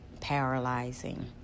paralyzing